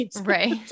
right